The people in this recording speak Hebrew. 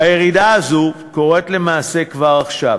הירידה הזו קורית למעשה כבר עכשיו.